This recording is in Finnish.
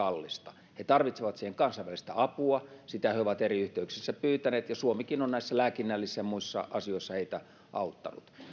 kallista he tarvitsevat siihen kansainvälistä apua sitä he ovat eri yhteyksissä pyytäneet ja suomikin on näissä lääkinnällisissä ja muissa asioissa heitä auttanut